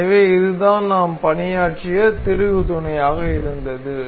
எனவே இதுதான் நாம் பணியாற்றிய திருகு துணையாக இருந்தது